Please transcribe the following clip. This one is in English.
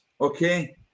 okay